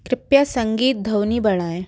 कृपया संगीत ध्वनि बढ़ाएँ